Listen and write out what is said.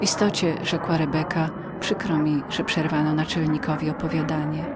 istocie rzekła rebeka przykro mi że przerwano naczelnikowi jego opowiadanie